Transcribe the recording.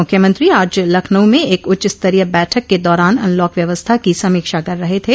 मुख्यमंत्री आज लखनऊ में एक उच्चस्तरीय बैठक के दौरान अनलॉक व्यवस्था की समीक्षा कर रहे थे